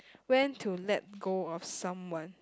when to let go of someone